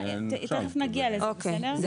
אוקיי,